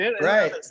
Right